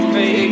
Baby